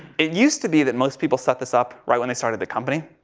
it used to be that most people set this up right when they started the company.